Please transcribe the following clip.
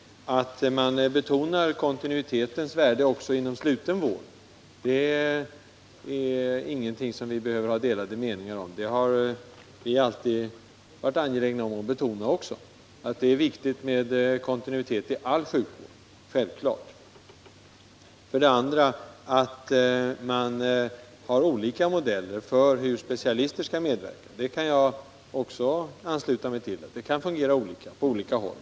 Att man betonar kontinuitetens värde också inom sluten vård behöver det inte råda delade meningar om. Det har vi alltid varit angelägna om att göra. Självklart är det viktigt med kontinuitet i all sjukvård. Att man har olika modeller för hur specialister skall medverka är också en sak som jag kan ansluta mig till. Det kan fungera på olika sätt på olika håll.